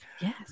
yes